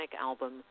album